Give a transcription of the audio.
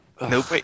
nope